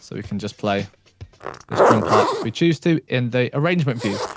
so we can just play this drum part if we choose to in the arrangement view.